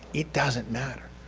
it doesn't matter.